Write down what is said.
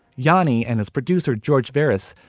johnny and his producer, george barris,